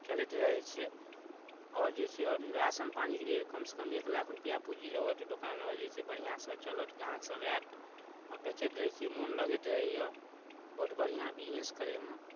चलैत रहै छै आओर जे छै आओर राशन पानीके लेल कमसँ कम एक लाख रुपैआ पूँजी लगाउ तऽ दोकान आर जे छै बढ़िआँसँ चलत ग्राहकसभ आयत आओर बेचैत रहै छियै मोन लगैत रहैए बहुत बढ़िआँ बिजनेस करयमे